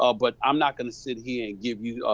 ah but i'm not gonna sit here and give you,